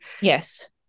Yes